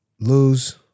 Lose